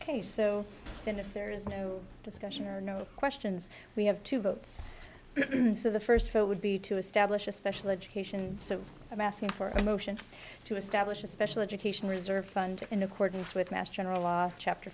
ok so then if there is no discussion or no questions we have two votes so the first four would be to establish a special education so i'm asking for a motion to establish a special education reserve fund in accordance with mass general law chapter